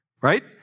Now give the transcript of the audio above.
right